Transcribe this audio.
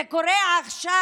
זה קורה עכשיו,